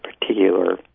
particular